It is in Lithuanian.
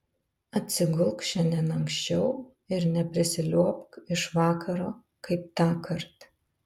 atsigulk šiandien anksčiau ir neprisiliuobk iš vakaro kaip tąkart